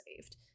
saved